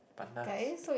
pandas